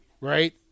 right